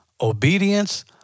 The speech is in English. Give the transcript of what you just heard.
obedience